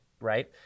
right